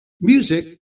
music